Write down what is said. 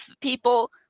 people